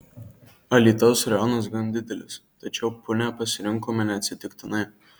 alytaus rajonas gan didelis tačiau punią pasirinkome neatsitiktinai